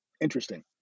interesting